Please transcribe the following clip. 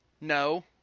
No